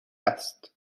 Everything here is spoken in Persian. است